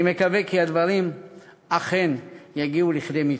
אני מקווה כי הדברים אכן יגיעו לכדי מיצוי.